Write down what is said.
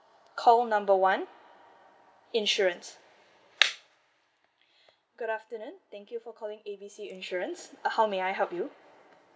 call number one insurance good afternoon thank you for calling A B C insurance how may I help you